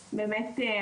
אתה חתמת.